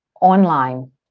online